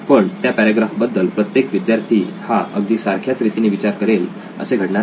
पण त्या पॅराग्राफ बद्दल प्रत्येक विद्यार्थी हा अगदी सारख्याच रीतीने विचार करेल असे घडणार नाही